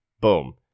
Boom